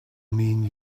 mean